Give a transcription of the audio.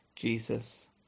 jesus